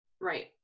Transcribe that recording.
Right